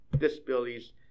disabilities